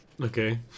okay